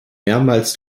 mehrmals